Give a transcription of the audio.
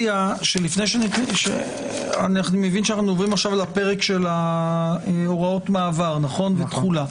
מבין שאנחנו עוברים עכשיו לפרק הוראות מעבר ותחולה.